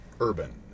Urban